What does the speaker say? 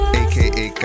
aka